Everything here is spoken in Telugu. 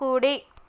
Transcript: కుడి